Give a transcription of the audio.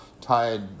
tied